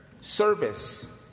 service